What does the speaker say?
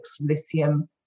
Lithium